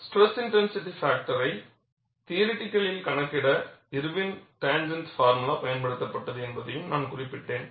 stress intensity பாக்டர்யை தியோரிட்டிகள் கணக்கிட இர்வினின் டேஞ்ச்ஜென்ட் ஃபார்முலா பயன்படுத்தப்பட்டது என்பதையும் நான் குறிப்பிட்டேன்